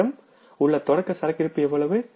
நம்மிடம் உள்ள தொடக்க சரக்கிருப்பு எவ்வளவு